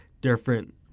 different